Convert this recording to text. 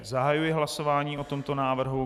Zahajuji hlasování o tomto návrhu.